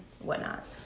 whatnot